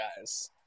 guys